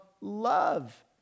love